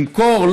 למכור?